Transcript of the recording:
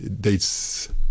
dates